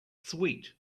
sweet